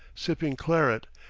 sipping claret,